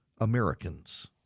Americans